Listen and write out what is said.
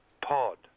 pod